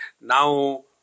now